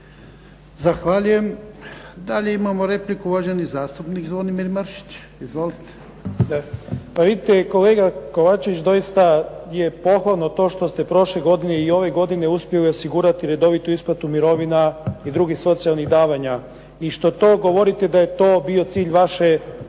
Zahvaljujem. Dalje imamo repliku, uvaženi zastupnik Zvonimir Mršić. Izvolite. **Mršić, Zvonimir (SDP)** Pa vidite, kolega Kovačević, doista je pohvalno to što ste prošle godine i ove godine uspjeli osigurati redovitu isplatu mirovina i drugih socijalnih davanja i što to govorite da je to bio cilj vaše politike.